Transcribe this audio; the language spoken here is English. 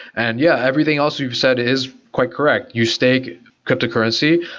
and yeah, everything else you've said is quite correct. you stake cryptocurrency.